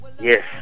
Yes